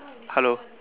hello